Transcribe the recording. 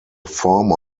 former